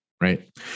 right